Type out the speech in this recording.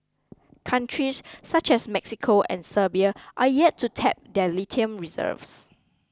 countries such as Mexico and Serbia are yet to tap their lithium reserves